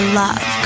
love